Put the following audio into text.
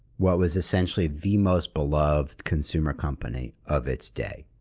what was essentially the most beloved consumer company of its day.